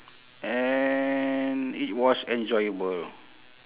and it was enjoyable